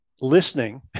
listening